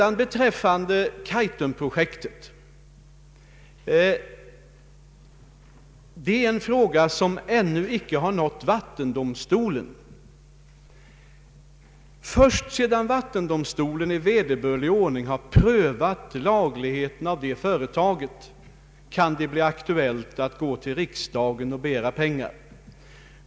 Kaitumprojektet har ännu inte nått vattendomstolen. Först sedan vattendomstolen i vederbörlig ordning har prövat lagligheten av detta företag, kan det bli aktuellt att gå till riksdagen och begära pengar.